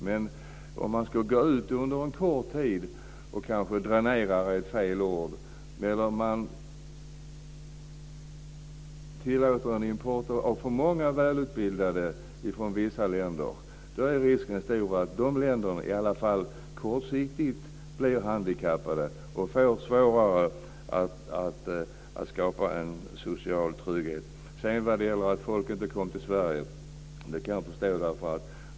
Men om man skulle gå ut och under en kort tid - dränera kanske är fel ord - tillåta en import av för många välutbildade från vissa länder är risken stor att dessa länder, i alla fall kortsiktigt, blir handikappade och får svårare att skapa en social trygghet. Vad gäller att folk inte kommer till Sverige kan jag förstå det.